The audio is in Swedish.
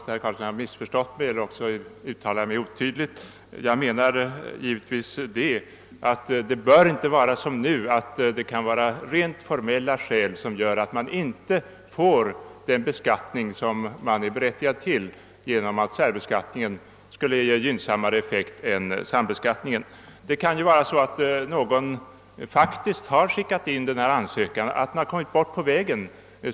Herr Carlstein måste ha missförstått mig eller också uttryckte jag mig otydligt. Jag anser givetvis att det inte bör vara som nu att det kan vara rent formella skäl som gör att man inte får den beskattning som man är berättigad till genom att särbeskattningen skulle ge gynnsammare effekt än sambeskattningen. Det kan vara så att någon faktiskt skickat in en ansökan och att den kommit bort på vägen.